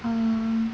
um